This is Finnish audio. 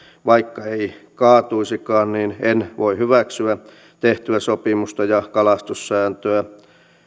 vaikka ei kaatuisikaan niin en voi hyväksyä tehtyä sopimusta ja kalastussääntöä